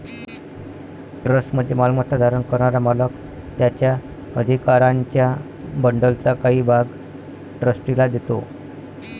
ट्रस्टमध्ये मालमत्ता धारण करणारा मालक त्याच्या अधिकारांच्या बंडलचा काही भाग ट्रस्टीला देतो